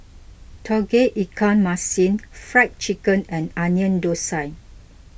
Tauge Ikan Masin Fried Chicken and Onion Thosai